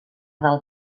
del